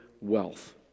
wealth